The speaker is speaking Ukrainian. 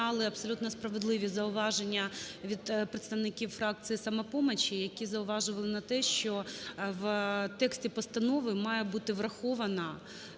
абсолютно справедливі зауваження від представників фракції "Самопомочі", які зауважували на те, що в тексті постанови має бути враховане